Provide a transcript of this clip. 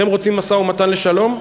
אתם רוצים משא-ומתן לשלום?